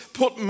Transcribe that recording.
put